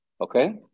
okay